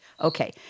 Okay